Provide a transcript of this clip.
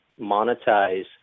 monetize